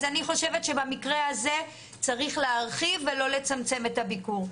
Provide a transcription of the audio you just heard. אז אני חושבת שבמקרה הזה צריך להרחיב ולא לצמצם את הביקור.